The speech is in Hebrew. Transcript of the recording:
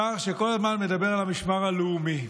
שר שכל הזמן מדבר על המשמר הלאומי.